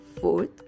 Fourth